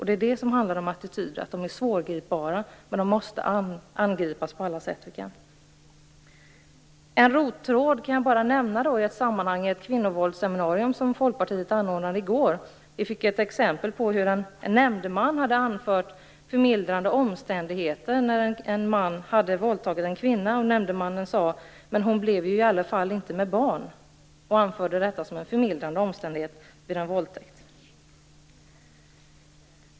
Det är samma sak med attityder: De är svårgripbara, men de måste angripas på alla sätt vi kan. En rottråd som jag kan nämna är ett kvinnovåldsseminarium som Folkpartiet anordnade i går. Där gavs exempel på hur en nämndeman hade anfört förmildrande omständigheter när en man hade våldtagit en kvinna. Nämndemannen sade: Men hon blev ju i alla fall inte med barn. Detta anförde han som en förmildrande omständighet vid en våldtäkt.